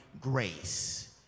grace